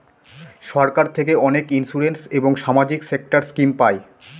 সরকার থেকে অনেক ইন্সুরেন্স এবং সামাজিক সেক্টর স্কিম পায়